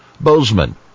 Bozeman